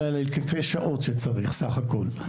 אלא על היקפי שעות שצריך בסך הכול.